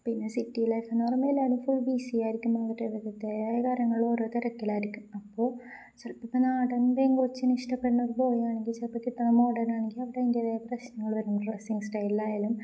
പിന്നെിറ്റി life എന്ന് പറയുമ്പോ എല്ലാരും ഫുൾ ബിസിയ ആയിരിക്കും അ അവരവിടുതായ കാരങ്ങള് ഓരോ തതിരക്കിലായിരിക്കും അപ്പോ ചെലപ്പ ഇപ്പ നാടൻേങ്ക കൊച്ചിനന് ഇഷ്ടപ്പെടണൊരു പോയാണെങ്കി ചെലപ്പോ കിട്ടുന്ന മോഡേണാണെങ്കി അവിടെ ഭങ്ക്േതായ പ്രശ്നങ്ങള് വരണം ഡ്രസ്സിംഗങ് സ്റ്റൈലായാലും